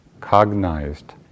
cognized